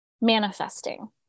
manifesting